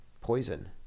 poison